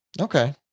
Okay